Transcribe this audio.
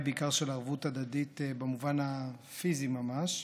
בעיקר של ערבות הדדית במובן הפיזי ממש.